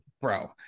bro